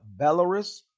belarus